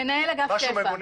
מנהל אגף שפ"ע.